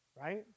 Right